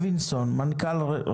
מניעה,